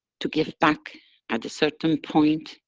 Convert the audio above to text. to give back at a certain point,